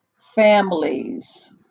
families